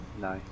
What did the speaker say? No